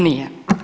Nije.